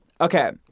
Okay